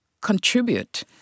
contribute